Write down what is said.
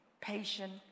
patience